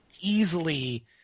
easily